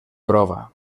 prova